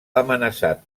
amenaçat